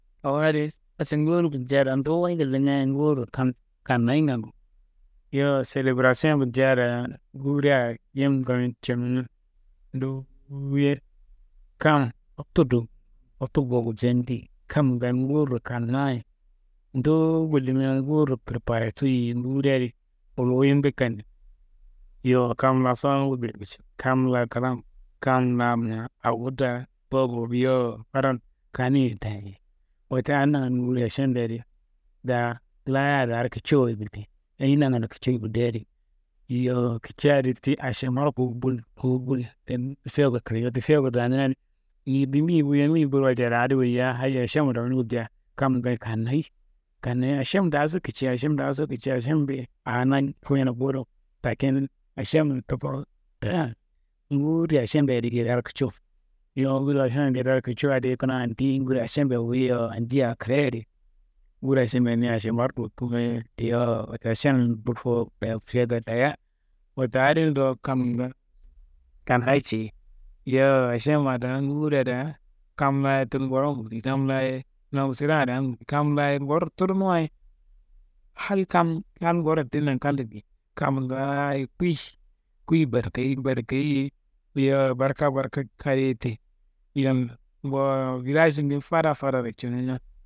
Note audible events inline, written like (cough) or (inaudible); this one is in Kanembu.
Awo adi ase nguri gulja daa duwuyi gulimia ye nguriro kam kannayinga ngufuwo. Yowo selebrasiyon gulja daa nguria yim gonumu cunumu duwuye kam tudu (unintelligible) kam ngayo nguriro kannaye, duwu gullimia ye nguriro preparetu yiyi, nguri adi kulunumbe kannimi, kalla sonongu bulimbe cifi, kam laa sonongu bilim cifi, kam laa klan, kam laa mia, awo daa bo bo, yowo fadan kaniye teni. Wote adi nangando nguri ašembe adi daa layayaro daa kici wo- ye gullei, ayi nangando kici wo- ye wullei adi? Yowo kici adi ti ašemaro (unintelligible) kawu bul tel fekuro kraye. Wote fekuro damina di niyi bimi ye bo yemi ye boro walja daa woyiya hayi ašema dayino wulja, kamma ngaayo kannayi, kannayi ašem daaso kici, ašem daaso kici, ašemmbe aa na koyina bo do, lakin ašem taku (noise) nguri ašemmbe adi ngedearo kici wo, yowo nguri ašemmbe adi ngedearo kici wo adi, kuna andi andiyi nguria ašemmbe wuyi yowo andi aa kraya di nguri ašemma niyi ašemmaro dokumoye. Yowo wote ašem bul (unintelligible) fiyaka dayiya. Wote adin dowo kamma ngaayo kannayi ceyi, yowo ašem daa nguria daa, kam laa- ye tudu nguron nguriyi, kam laa- ye nangu sirea daan, kam laa- ye nguroro tudunu wayi hal kam, kam nguroro tidinayen kal diyeyi, kam ngaayoyi kuwuyi barkayi, barkayi ye, yowo barka barka adiye te, yim ngowo vilajini fada fadaro cinena.